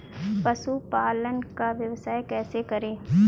पशुपालन का व्यवसाय कैसे करें?